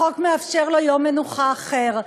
החוק מאפשר לו יום מנוחה אחר,